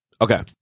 okay